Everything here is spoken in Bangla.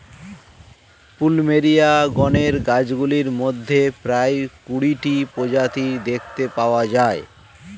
প্লুমেরিয়া গণের গাছগুলির মধ্যে প্রায় কুড়িটি প্রজাতি দেখতে পাওয়া যায়